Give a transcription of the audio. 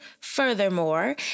furthermore